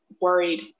worried